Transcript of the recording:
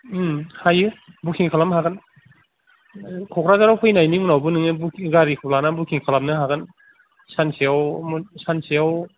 औ हायो बुकिं खालामनो हागोन क'क्राझाराव फैनायनि उनावबो नोंङो बुकिंग गारिखौ लानानै बुकिं खालामनो हागोन सानसेआव सानसेआव